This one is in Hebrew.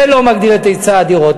זה לא מגדיל את היצע הדירות?